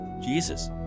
Jesus